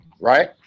right